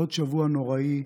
עוד שבוע נוראי,